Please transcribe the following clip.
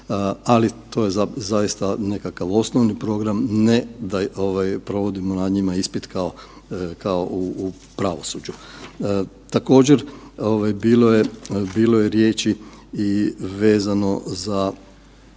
ali to je zaista nekakav osnovni program, ne da provodimo nad njima ispit kao u pravosuđu. Također bilo je riječi i vezano za